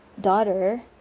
daughter